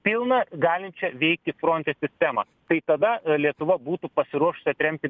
pilną galinčią veikti į fronte sistemą tai tada a lietuva būtų pasiruošusi atremti